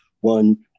one